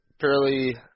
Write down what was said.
fairly